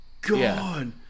God